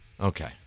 Okay